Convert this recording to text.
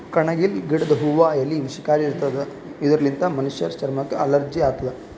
ಕಣಗಿಲ್ ಗಿಡದ್ ಹೂವಾ ಎಲಿ ವಿಷಕಾರಿ ಇರ್ತವ್ ಇದರ್ಲಿನ್ತ್ ಮನಶ್ಶರ್ ಚರಮಕ್ಕ್ ಅಲರ್ಜಿ ಆತದ್